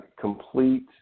complete